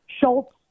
Schultz